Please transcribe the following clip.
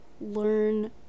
learn